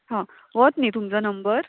हां वत न्ही तुमचो नंबर